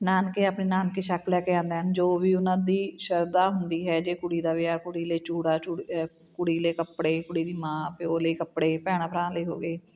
ਨਾਨਕੇ ਆਪਣੇ ਨਾਨਕੀ ਸ਼ੱਕ ਲੈ ਕੇ ਆਉਂਦੇ ਹਨ ਜੋ ਵੀ ਉਹਨਾਂ ਦੀ ਸ਼ਰਧਾ ਹੁੰਦੀ ਹੈ ਜੇ ਕੁੜੀ ਦਾ ਵਿਆਹ ਕੁੜੀ ਲਈ ਚੂੜਾ ਚੂ ਕੁੜੀ ਲਈ ਕੱਪੜੇ ਕੁੜੀ ਦੀ ਮਾਂ ਪਿਓ ਲਈ ਕੱਪੜੇ ਭੈਣਾਂ ਭਰਾਵਾਂ ਲਈ ਹੋ ਗਏ